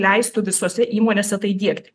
leistų visose įmonėse tai diegti